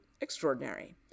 extraordinary